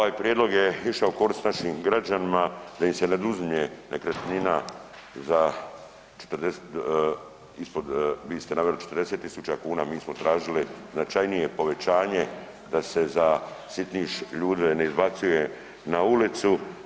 Ovaj prijedlog je išao u korist našim građanima da im se ne oduzimlje nekretnina ispod vi ste naveli 40.000 kuna, mi smo tražili značajnije povećanje da se za sitniš ljude ne izbacuje na ulicu.